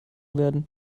werden